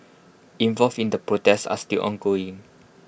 involved in the protest are still ongoing